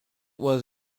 was